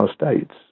states